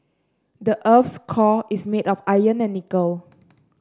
the earth's core is made of iron and nickel